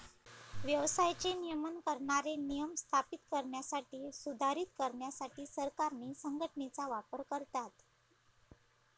व्यवसायाचे नियमन करणारे नियम स्थापित करण्यासाठी, सुधारित करण्यासाठी सरकारे संघटनेचा वापर करतात